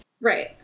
Right